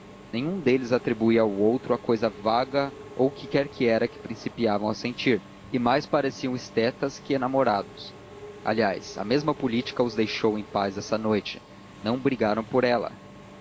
nenhum deles atribuía ao outro a cousa vaga ou o que quer que era que principiavam a sentir e mais pareciam estetas que enamorados aliás a mesma política os deixou em paz essa noite não brigaram por ela